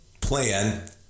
plan